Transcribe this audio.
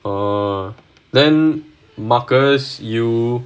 err then marcus you